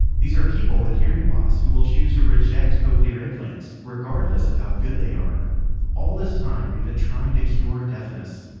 these are people with hearing loss who will choose to reject cochlear implants, regardless of how good they are all this time we've been trying to cure deafness,